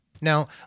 Now